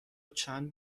چند